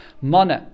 money